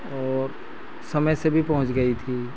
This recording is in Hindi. और समय से भी पहुँच गई थी